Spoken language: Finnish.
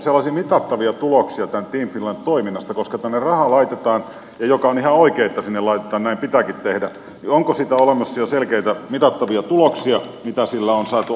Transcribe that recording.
koska team finlandin toimintaan rahaa laitetaan mikä on ihan oikein että sinne laitetaan näin pitääkin tehdä niin onko siitä olemassa jo selkeitä mitattavia tuloksia mitä sillä on saatu aikaiseksi